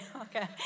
okay